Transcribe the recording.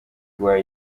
guhaha